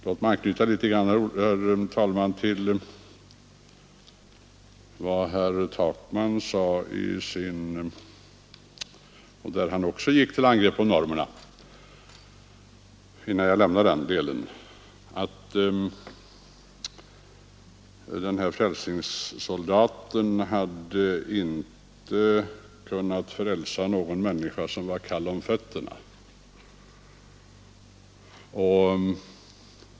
Låt mig, herr talman, innan jag lämnar den delen anknyta litet grand till vad herr Takman sade i sitt anförande, där han också gick till angrepp mot normerna. Herr Takman talade om en frälsningssoldat som sagt att han inte hade kunnat frälsa någon människa som var kall om fötterna.